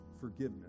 forgiveness